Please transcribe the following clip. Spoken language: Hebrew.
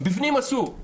בפנים אסור.